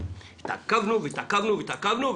התעכבנו והתעכבנו והתעכבנו,